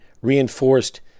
reinforced